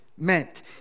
Meant